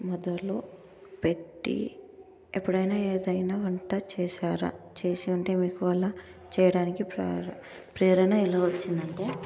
మొదలు పెట్టి ఎప్పుడు అయినా ఏది అయినా వంట చేసార చేసి ఉంటే మీకు అలా చేయడానికి ప్రేర ప్రేరణ ఎలా వచ్చిందంటే